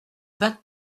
vingt